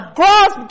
cross